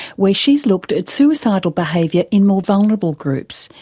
where she's looked at suicidal behaviour in more vulnerable groups,